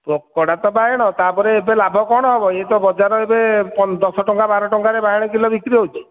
ପୋକଡ଼ା ତ ବାଇଗଣ ତା'ପରେ ଏବେ ଲାଭ କ'ଣ ହେବ ଏଇତ ବଜାର ଏବେ ଦଶଟଙ୍କା ବାର ଟଙ୍କାରେ ବାଇଗଣ କିଲୋ ବିକ୍ରି ହେଉଛି